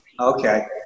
Okay